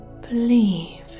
believe